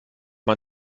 man